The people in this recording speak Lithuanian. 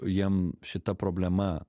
jiem šita problema